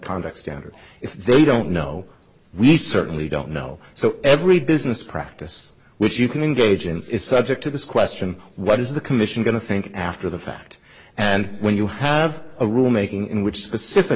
conduct standards if they don't know we serve we don't know so every business practice which you can engage in is subject to this question what is the commission going to think after the fact and when you have a rule making in which specific